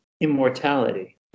immortality